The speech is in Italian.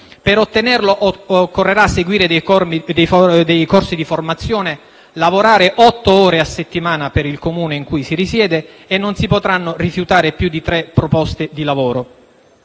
Per ottenerlo occorrerà seguire dei corsi di formazione, lavorare otto ore a settimana per il Comune in cui si risiede e non si potranno rifiutare più di tre proposte di lavoro.